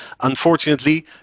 Unfortunately